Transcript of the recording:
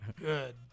Good